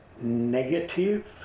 negative